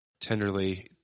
tenderly